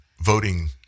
voting